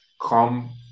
come